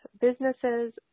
businesses